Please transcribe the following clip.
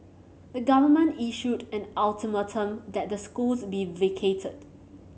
the government issued an ultimatum that the schools be vacated